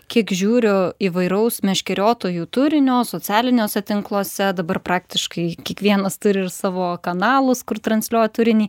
kiek žiūriu įvairaus meškeriotojų turinio socialiniuose tinkluose dabar praktiškai kiekvienas turi ir savo kanalus kur transliuoja turinį